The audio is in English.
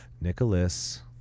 Nicholas